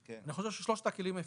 אני חושב ששלושת הכלים אפקטיביים.